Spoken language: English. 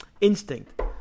instinct